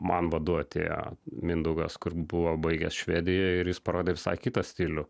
man vadu atėjo mindaugas kur buvo baigęs švedijoj ir jis parodė visai kitą stilių